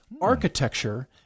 architecture